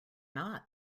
not